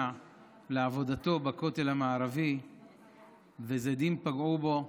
לעבודתו בכותל המערבי וזדים פגעו בו.